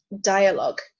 dialogue